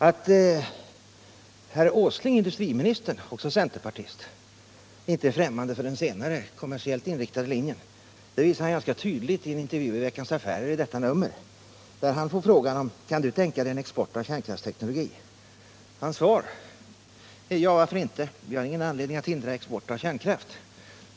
Att industriministern Åsling, också centerpartist, inte är främmande för den senare, kommersiellt inriktade, linjen visar han ganska tydligt i senaste numret av Veckans Affärer, där han får frågan: Kan du tänka dig export av kärnkraftsteknologi? Herr Åslings svar lyder: Ja, varför inte. Vi har ingen anledning att hindra export av kärnkraft.